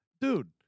Dude